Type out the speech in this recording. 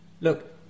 Look